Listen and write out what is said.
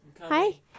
hi